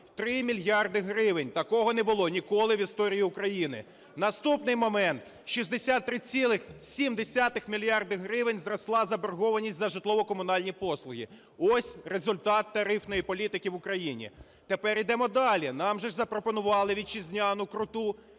3 мільярди гривень. Такого не було ніколи в історії України. Наступний момент. 63,7 мільярда гривень зросла заборгованість за житлово-комунальні послуги. Ось результат тарифної політики в Україні. Тепер ідемо далі. Нам же запропонували вітчизняну круту